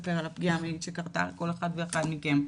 לספר על הפגיעה המינית שקרתה לכל אחד ואחת מכם.